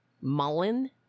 Mullen